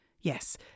Yes